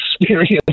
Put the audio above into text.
experience